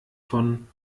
von